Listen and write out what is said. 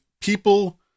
people